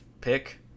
pick